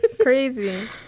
Crazy